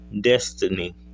destiny